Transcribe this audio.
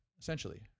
essentially